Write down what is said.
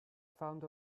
found